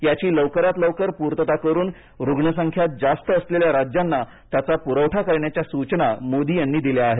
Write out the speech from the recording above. याची लवकरात लवकर पूर्तता करून रुग्णसंख्या जास्त असलेल्या राज्यांना त्याचा पुरवठा करण्याच्या सूचना मोदी यांनी दिल्या आहेत